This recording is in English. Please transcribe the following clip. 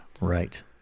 right